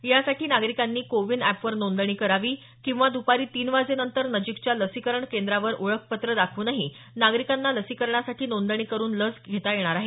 यासाठी नागरिकांनी CoWIN app वर नोंदणी करावी किंवा दुपारी तीन वाजेनंतर नजिकच्या लसीकरण केंद्रावर ओळखपत्र दाखवूनही नागरिकांना लसीकरणासाठी नोंदणी करून लस येणार आहे